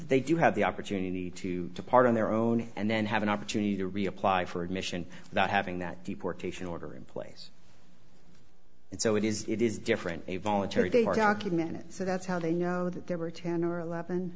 they do have the opportunity to depart on their own and then have an opportunity to reapply for admission that having that deportation order in place and so it is it is different a voluntary they are documented so that's how they know that there were ten or eleven